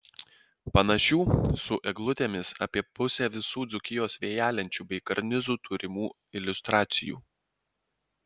panašių su eglutėmis apie pusė visų dzūkijos vėjalenčių bei karnizų turimų iliustracijų